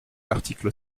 l’article